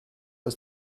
aus